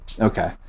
Okay